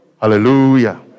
Hallelujah